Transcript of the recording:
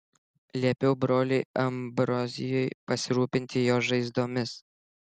liepiau broliui ambrozijui pasirūpinti jo žaizdomis